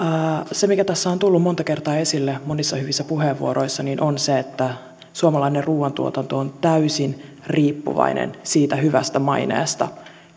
se mikä tässä on on tullut monta kertaa esille monissa hyvissä puheenvuoroissa on se että suomalainen ruuantuotanto on täysin riippuvainen siitä hyvästä maineesta